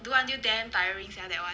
do until damn tiring sia that [one]